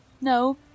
No